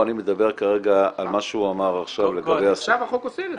אני מדבר כרגע על מה שהוא אמר עכשיו --- עכשיו החוק אוסר את זה.